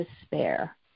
despair